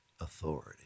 authority